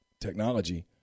technology